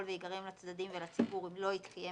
להיגרם לצדדים ולציבור אם לא יתקיים